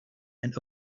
and